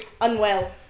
unwell